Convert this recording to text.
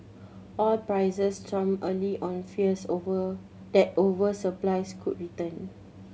oil prices tumbled early on fears over that oversupplies could return